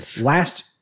last